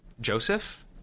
Joseph